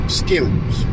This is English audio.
skills